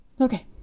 okay